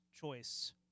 choice